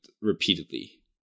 repeatedly